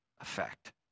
effect